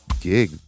gig